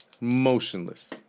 motionless